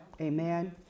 Amen